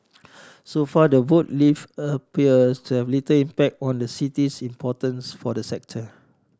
so far the vote leave appears to have little impact on the city's importance for the sector